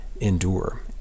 endure